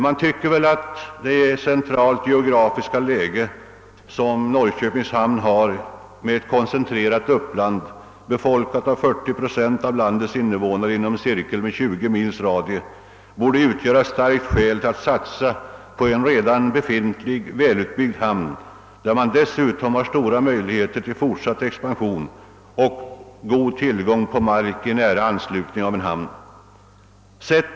Man kan tycka att det geografiskt centrala läge som Norrköpings hamn har med ett koncentrerat uppland, befolkat av 40 procent av landets invånare inom en cirkel med 20 mils radie, borde utgöra ett starkt skäl att satsa på en redan befintlig, välutbyggd hamn, när det dessutom finns stora möjligheter till fortsatt expansion och god tillgång på mark i nära anslutning till hamnen.